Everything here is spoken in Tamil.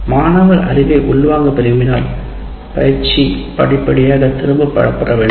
மாணவர் அறிவை உள்வாங்க விரும்பினால் பயிற்சி படிப்படியாக திரும்பப் பெறப்பட வேண்டும்